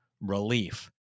relief